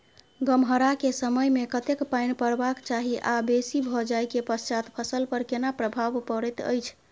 गम्हरा के समय मे कतेक पायन परबाक चाही आ बेसी भ जाय के पश्चात फसल पर केना प्रभाव परैत अछि?